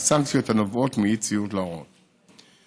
ואת הסנקציות הנובעות מאי-ציות להוראות.